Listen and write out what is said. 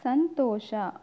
ಸಂತೋಷ